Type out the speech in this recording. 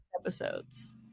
Episodes